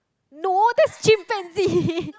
no that's chimpanzee